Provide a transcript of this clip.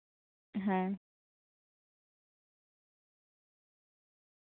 ᱦᱮᱸ